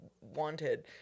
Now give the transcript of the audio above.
wanted